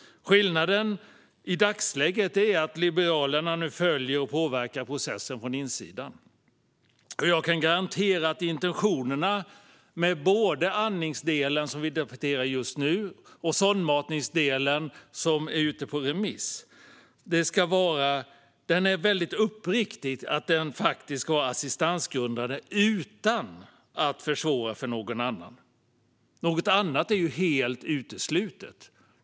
Skillnaden i dagsläget är att Liberalerna nu följer och påverkar processen från insidan. Jag kan garantera att intentionerna med både andningsdelen, som vi debatterar just nu, och sondmatningsdelen, där förslaget är ute på remiss, är väldigt uppriktiga. De ska vara assistansgrundande utan att försvåra för någon annan. Något annat är helt uteslutet.